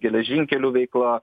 geležinkelių veikla